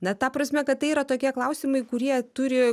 na ta prasme kad tai yra tokie klausimai kurie turi